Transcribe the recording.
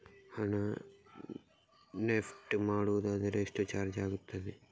ಹಣ ಎನ್.ಇ.ಎಫ್.ಟಿ ಮಾಡುವುದಾದರೆ ಎಷ್ಟು ಚಾರ್ಜ್ ಆಗುತ್ತದೆ?